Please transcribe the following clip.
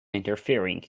interfering